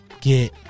Get